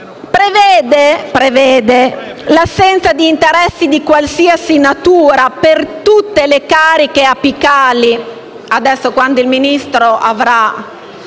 inoltre l'assenza di interessi di qualsiasi natura per tutte le cariche apicali. Quando il Ministro avrà